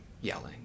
yelling